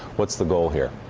what's the goal here.